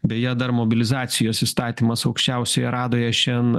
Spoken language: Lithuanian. beje dar mobilizacijos įstatymas aukščiausioje radoje šiandien